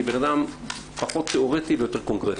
אני בן אדם פחות תיאורטי ויותר קונקרטי.